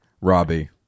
Robbie